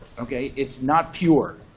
ok, it's not pure.